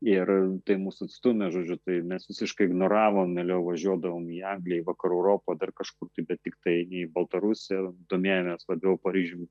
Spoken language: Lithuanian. ir tai mus atstūmė žodžiu tai mes visiškai ignoravom mieliau važiuodavom į angliją į vakarų europą dar kažkur tai bet tiktai ne į baltarusiją domėjomės labiau paryžium